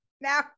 Now